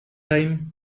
time